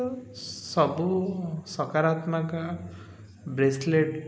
ତ ସବୁ ସକାରାତ୍ମକ ବ୍ରେସଲେଟ୍